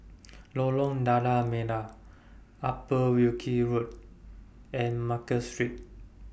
Lorong Lada Merah Upper Wilkie Road and Market Street